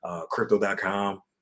Crypto.com